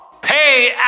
pay